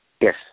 Yes